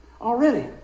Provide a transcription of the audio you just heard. already